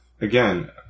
again